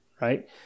right